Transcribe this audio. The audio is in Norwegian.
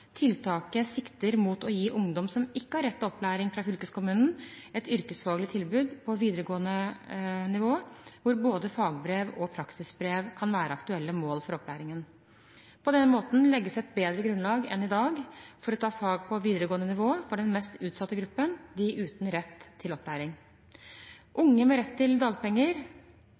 Tiltaket sikter mot å gi ungdom som ikke har rett til opplæring fra fylkeskommunen, et yrkesfaglig tilbud på videregående nivå hvor både fagbrev og praksisbrev kan være aktuelle mål for opplæringen. På denne måten legges et bedre grunnlag enn i dag for å ta fag på videregående nivå for den mest utsatte gruppen: de uten rett til opplæring. Unge med rett til dagpenger